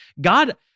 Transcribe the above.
God